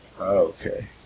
Okay